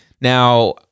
Now